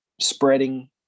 spreading